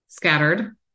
scattered